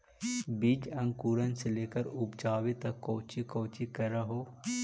बीज अंकुरण से लेकर उपजाबे तक कौची कौची कर हो?